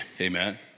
amen